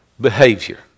behavior